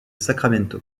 sacramento